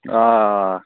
آ آ